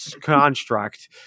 construct